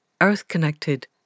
earth-connected